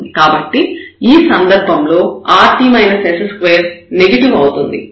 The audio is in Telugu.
కాబట్టి ఈ సందర్భంలో rt s2 నెగెటివ్ అవుతుంది